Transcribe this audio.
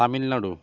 Tamil Nadu